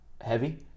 heavy